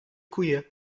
koeien